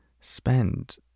spend